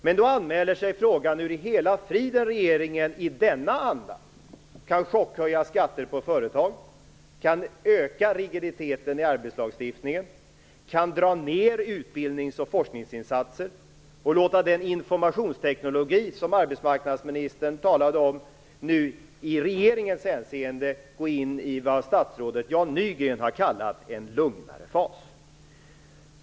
Men då anmäler sig frågan: Hur i hela friden kan då regeringen i denna anda chockhöja skatter på företag, öka rigiditeten i arbetslagstiftningen, dra ner på utbildnings och forskningsinsatser och låta den informationsteknik som arbetsmarknadsministern talade om nu i regeringens hänseende gå in i det som statsrådet Jan Nygren har kallat för en lugnare fas?